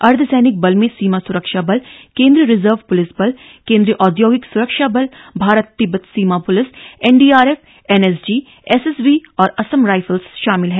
अर्धसैनिक बल में सीमा सुरक्षा बल केंद्रीय रिजर्व पुलिस बल केंद्रीय औद्योगिक सुरक्षा बल भारत तिब्बत सीमा police N D R F N S G S S B और असम राइफल्स शामिल हैं